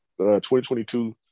2022